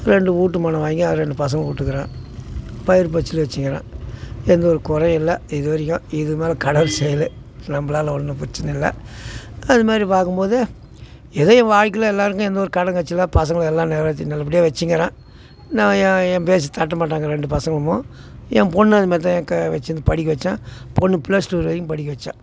ரெண்டு வீட்டு மனை வாங்கி அது ரெண்டு பசங்களுக்கும் போட்டுருக்குறேன் பயிர் பச்சில வெச்சிருக்குறேன் எந்த ஒரு குறையும் இல்லை இது வரைக்கும் இதுக்கு மேலே கடவுள் செயல் நம்மளால ஒன்றும் பிரச்சனை இல்லை அதுமாதிரி பார்க்கும் போது ஏதோ என் வாழ்க்கையில் எல்லோருக்கும் எந்த ஒரு கடன் காட்சி இல்லை பசங்களும் எல்லாம் நிறைவேற்றி நல்லபடியாக வெச்சிருக்கிறேன் நான் என் என் பேச்சை தட்ட மாட்டாங்க ரெண்டு பசங்களும் என் பொண்ணும் அதுமாதிரி தான் என் வெச்சுனு படிக்க வைச்சேன் பொண்ணு பிளஸ் டூ வரையும் படிக்க வைச்சேன்